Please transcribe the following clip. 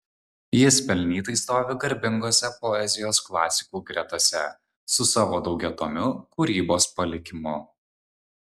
jis pelnytai stovi garbingose poezijos klasikų gretose su savo daugiatomiu kūrybos palikimu